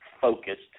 focused